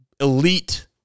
elite